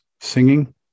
singing